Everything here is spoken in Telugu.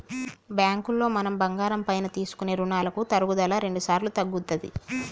బ్యాంకులో మనం బంగారం పైన తీసుకునే రుణాలకి తరుగుదల రెండుసార్లు తగ్గుతది